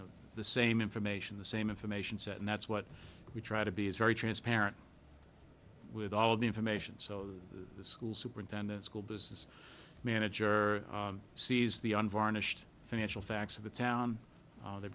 know the same information the same information set and that's what we try to be is very transparent with all the information so the school superintendent school business manager sees the unvarnished financial facts of the town they